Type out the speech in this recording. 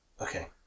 Okay